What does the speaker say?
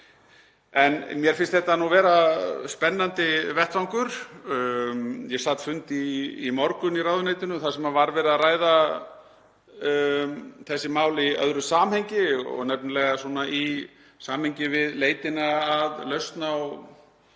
Mér finnst þetta vera spennandi vettvangur. Ég sat fund í morgun í ráðuneytinu þar sem var verið að ræða þessi mál í öðru samhengi, nefnilega í samhengi við leitina að lausn á